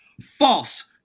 False